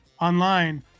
online